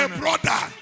brother